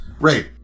Ray